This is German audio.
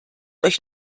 euch